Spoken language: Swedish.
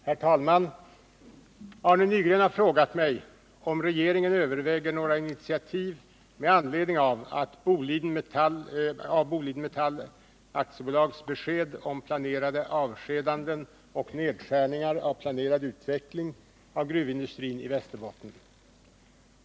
Herr talman! Arne Nygren har frågat mig om regeringen överväger några initiativ med anledning av Boliden Metall AB:s besked om planerade avskedanden och nedskärningar av planerad utveckling av gruvindustrin i Västerbotten.